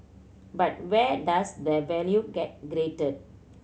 but where does the value get created